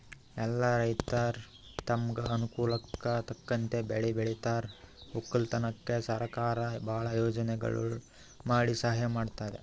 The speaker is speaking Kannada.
ಎಲ್ಲಾ ರೈತರ್ ತಮ್ಗ್ ಅನುಕೂಲಕ್ಕ್ ತಕ್ಕಂಗ್ ಬೆಳಿ ಬೆಳಿತಾರ್ ವಕ್ಕಲತನ್ಕ್ ಸರಕಾರ್ ಭಾಳ್ ಯೋಜನೆಗೊಳ್ ಮಾಡಿ ಸಹಾಯ್ ಮಾಡ್ತದ್